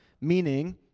meaning